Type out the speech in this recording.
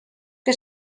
que